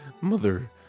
mother